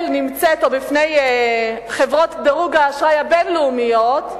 או בפני חברות דירוג האשראי הבין-לאומיות,